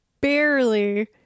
barely